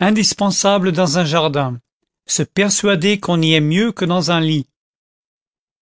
indispensable dans un jardin se persuader qu'on y est mieux que dans un lit